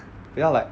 比较 like